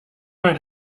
mein